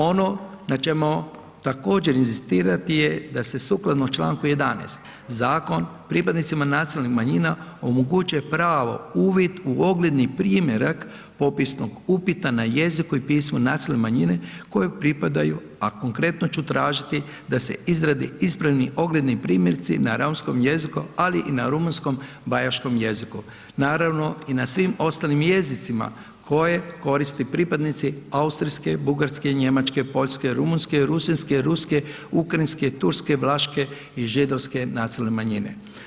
Ono na čemu ćemo također inzistirati je da se sukladno čl. 11. zakon pripadnicima nacionalnih manjina omoguće pravo uvid u ogledni primjerak popisnog upita na jeziku i pismu nacionalne manjine kojoj pripadaju, a konkretno ću tražiti da se izradi ispravni ogledni primjerci na romskom jeziku, ali i na rumunjskom bajaškom jeziku, naravno i na svim ostalim jezicima koje koristi pripadnici austrijske, bugarske, njemačke, poljske, rumunjske, rusinske, ruske, ukrajinske, turske, vlaške i židovske nacionalne manjine.